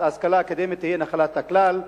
אז ההשכלה האקדמית תהיה נחלת הכלל,